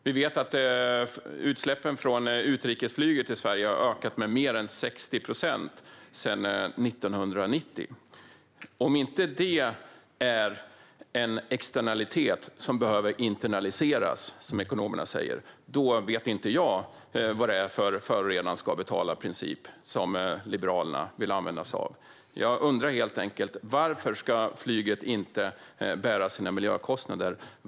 Vi vet att utsläppen från utrikesflyget i Sverige har ökat med mer än 60 procent sedan 1990. Om inte detta är en externalitet som behöver internaliseras, som ekonomerna säger, vet inte jag vad det är för princip om att förorenaren ska betala som Liberalerna vill använda sig av. Jag undrar helt enkelt: Varför ska inte flyget bära sina miljökostnader?